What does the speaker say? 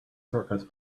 shortcuts